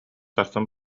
сарсын